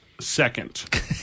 Second